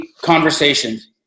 conversations